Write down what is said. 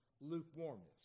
lukewarmness